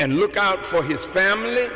and look out for his family